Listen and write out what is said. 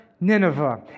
Nineveh